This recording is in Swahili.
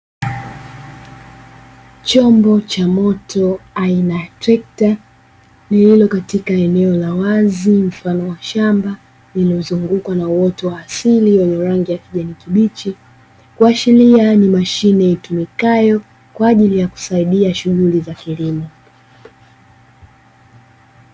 Chombo cha moto aina trekta lililo katika eneo la wazi mfano wa shamba, lililozungukwa na uoto wa asili wenye rangi ya kijani kibichi, kuashiria ni mashine itumikayo kwa ajili ya kusaidia shughuli za kilimo.